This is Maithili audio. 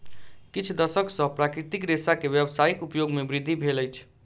किछ दशक सॅ प्राकृतिक रेशा के व्यावसायिक उपयोग मे वृद्धि भेल अछि